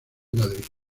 madrid